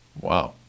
Wow